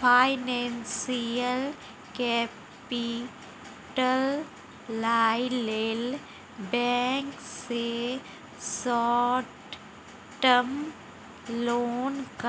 financial capital लइ लेल bank सँ शार्ट टर्म लोनक